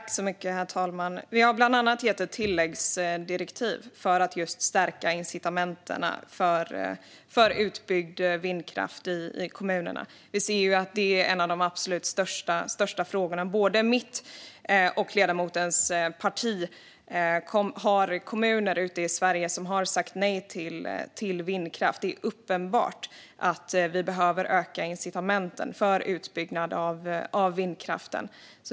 Herr talman! Vi har bland annat gett ett tilläggsdirektiv för att stärka incitamenten för utbyggd vindkraft i kommunerna. Vi ser att det är en av de absolut största frågorna. Både mitt och ledamotens parti styr i kommuner i Sverige som har sagt nej till vindkraft. Det är uppenbart att vi behöver öka incitamenten för utbyggnad av vindkraften.